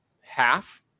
half